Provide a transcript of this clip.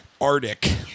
arctic